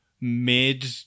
mid